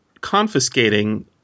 confiscating